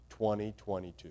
2022